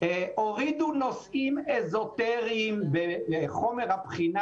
הורידו נושאים אזוטריים מחומר הבחינה